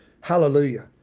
Hallelujah